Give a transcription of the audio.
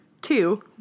Two